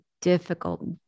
difficult